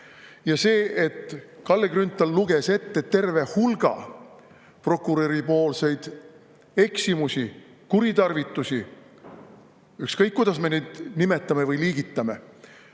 varem. Kalle Grünthal luges ette terve hulga prokuröri eksimusi, kuritarvitusi – ükskõik, kuidas me neid nimetame või liigitame